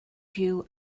fyw